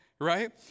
right